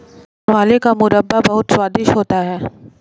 आंवले का मुरब्बा बहुत स्वादिष्ट होता है